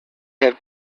have